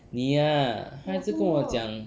你 ah 她一直跟我讲